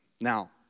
Now